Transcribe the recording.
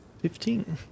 Fifteen